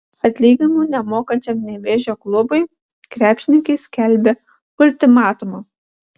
atlyginimų nemokančiam nevėžio klubui krepšininkai skelbia ultimatumą